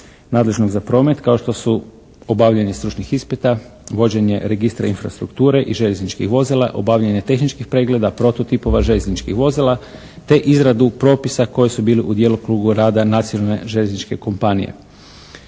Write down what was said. nadležnog za promet, kao što su obavljanje stručnih ispita, vođenje registra infrastrukture i željezničkih vozila, obavljanje tehničkih pregleda prototipova željezničkih vozila, te izradu propisa koji su bili u djelokrugu rada nacionalne željezničke kompanije.